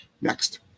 Next